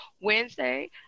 wednesday